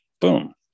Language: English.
Boom